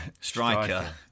Striker